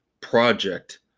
project